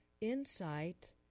insight